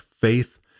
faith